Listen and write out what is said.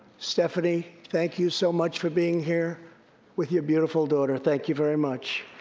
stephanie, thank you so much for being here with your beautiful daughter. thank you very much.